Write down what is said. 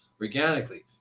organically